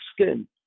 skin